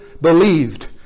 believed